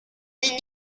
new